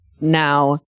Now